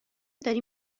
داری